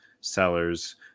Sellers